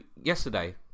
yesterday